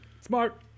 Smart